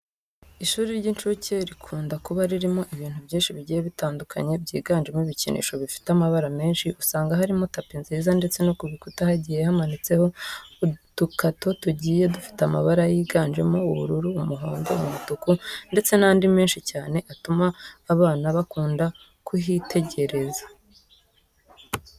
Ishuri ry'inshuke rikunda kuba ririmo ibintu byinshi bigiye bitandukanye byiganjemo ibikinisho bifite amabara menshi. Usanga harimo tapi nziza ndetse ku bikuta hagiye hamanitseho udutako tugiye dufite amabara yiganjemo ubururu, umuhondo, umutuku ndetse n'andi menshi cyane atuma abana bakunda kuhitegereza.